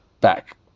back